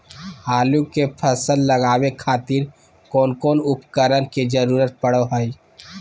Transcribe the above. आलू के फसल लगावे खातिर कौन कौन उपकरण के जरूरत पढ़ो हाय?